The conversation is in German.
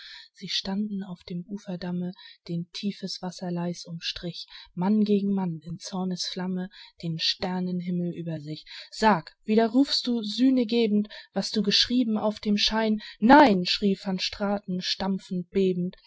sie standen auf dem uferdamme den tiefes wasser leis umstrich mann gegen mann in zornesflamme den sternenhimmel über sich sag widerrufst du sühne gebend was du geschrieben auf dem schein nein schrie van straten stampfend bebend